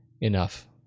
enough